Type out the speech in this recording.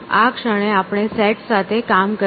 આ ક્ષણે આપણે સેટ સાથે કામ કરીએ